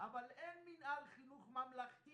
אבל אין מינהל חינוך ממלכתי.